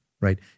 right